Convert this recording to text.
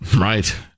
Right